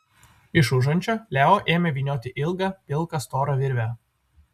iš užančio leo ėmė vynioti ilgą pilką storą virvę